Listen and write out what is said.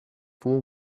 fool